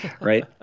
Right